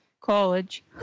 college